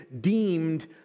deemed